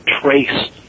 trace